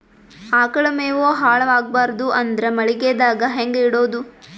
ಆಕಳ ಮೆವೊ ಹಾಳ ಆಗಬಾರದು ಅಂದ್ರ ಮಳಿಗೆದಾಗ ಹೆಂಗ ಇಡೊದೊ?